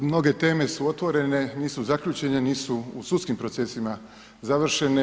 Da, mnoge teme su otvorene, nisu zaključene, nisu u sudskim procesima završene.